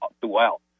throughout